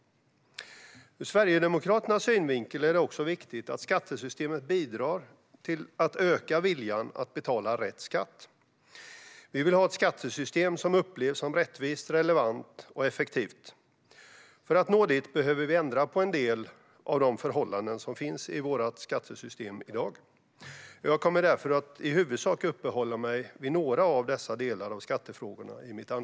Ur Sverigedemokraternas synvinkel är det också viktigt att skattesystemet bidrar till att öka viljan att betala rätt skatt. Vi vill ha ett skattesystem som upplevs som rättvist, relevant och effektivt. För att nå dit behöver vi ändra på en del förhållanden i vårt skattesystem i dag. Jag kommer därför att i huvudsak uppehålla mig vid några av dessa skattefrågor.